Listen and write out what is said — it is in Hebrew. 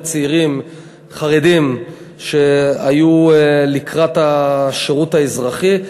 צעירים חרדים שהיו לקראת השירות האזרחי.